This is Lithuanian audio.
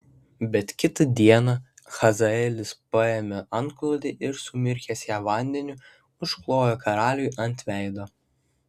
bet kitą dieną hazaelis paėmė antklodę ir sumirkęs ją vandeniu užklojo karaliui ant veido